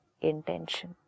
intention